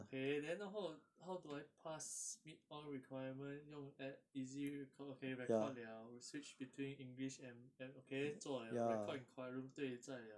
okay then 然后 how to I pass meet all requirement 用 app easy re~ okay record liao switch between enlish and okay 做 liao record in quiet room 对在 liao